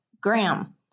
Graham